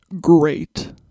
great